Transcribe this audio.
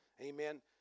Amen